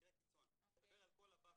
אני מדבר על כל הבאפר,